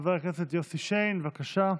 חבר הכנסת יוסי שיין, בבקשה.